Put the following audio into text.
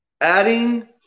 Adding